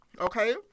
okay